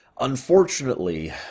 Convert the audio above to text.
Unfortunately